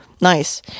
Nice